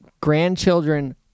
grandchildren